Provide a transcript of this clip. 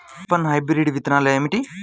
F one hybrid విత్తనాలు ఏమిటి?